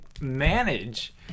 manage